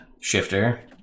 shifter